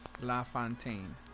LaFontaine